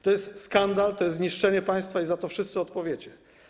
To jest skandal, to jest niszczenie państwa i za to wszyscy odpowiecie.